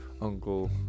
Uncle